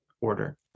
order